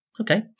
okay